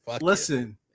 listen